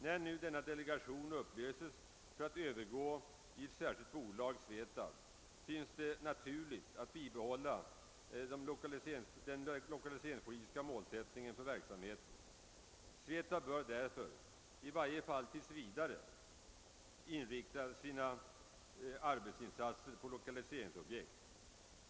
När nu denna delegation upplöses för att övergå i ett särskilt bolag, SVETAB, synes det naturligt att bibehålla den lokaliseringspolitiska målsättningen för verksamheten. SVETAB bör därför, i varje fall tills vidare, inrikta sina arbetsinsatser på lokaliseringsobjekt.